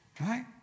Right